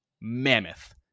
mammoth